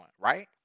right